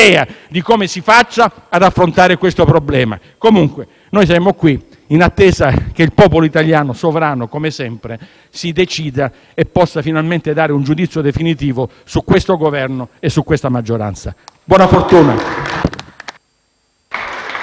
di come si faccia ad affrontare questo problema. Comunque, noi siamo qui, in attesa che il popolo italiano - sovrano, come sempre - si decida e possa finalmente dare un giudizio definitivo su questo Governo e su questa maggioranza. Buona fortuna.